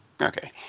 Okay